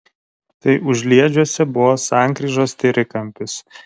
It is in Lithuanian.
tai užliedžiuose buvo sankryžos trikampis